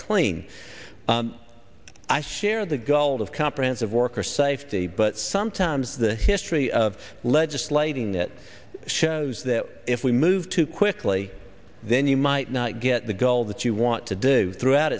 clean i share the goal of comprehensive worker safety but sometimes the history of legislating it shows that if we move too quickly then you might not get the goal that you want to do throughout